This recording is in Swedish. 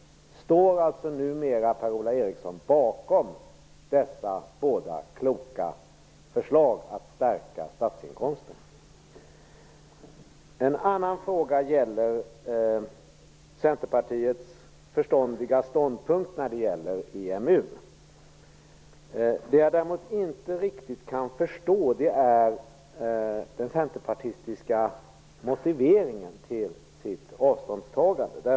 Står Per-Ola Eriksson numera bakom dessa båda kloka förslag om att stärka statsinkomsterna? En annan fråga gäller Centerpartiets förståndiga ståndpunkt rörande EMU. Det jag däremot inte riktigt kan förstå är den centerpartistiska motiveringen till sitt avståndstagande.